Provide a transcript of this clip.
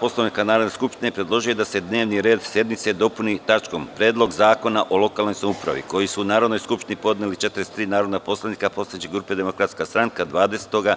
Poslovnika Narodne skupštine, predložio je da se dnevni red sednice dopuni tačkom – Predlog zakona o lokalnoj samoupravi, koji su Narodnoj skupštini podnela 43 narodna poslanika poslaničke grupe DS, 20.